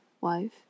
wife